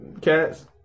cats